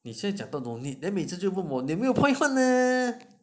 你现在讲 don't need then 每次就问我你没有 points 换 leh